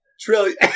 Trillion